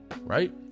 right